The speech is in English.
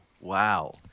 Wow